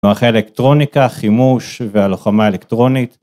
מערכי אלקטרוניקה, חימוש והלוחמה האלקטרונית